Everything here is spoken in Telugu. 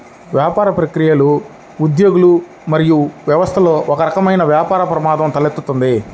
వ్యాపార ప్రక్రియలు, ఉద్యోగులు మరియు వ్యవస్థలలో ఒకరకమైన వ్యాపార ప్రమాదం తలెత్తుతుంది